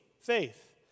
Faith